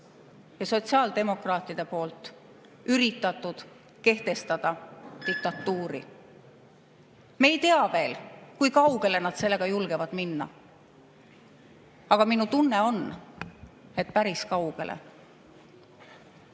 ja sotsiaaldemokraatide poolt üritatud kehtestada diktatuuri. Me ei tea veel, kui kaugele nad sellega julgevad minna, aga minu tunne on, et päris kaugele.